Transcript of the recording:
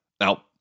Now